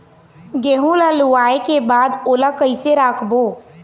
गेहूं ला लुवाऐ के बाद ओला कइसे राखबो?